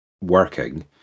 working